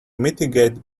mitigate